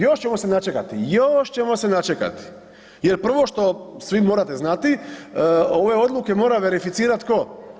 Još ćemo se načekati, još ćemo se načekati jer prvo što svi morate znati ove odluke mora verificirat tko?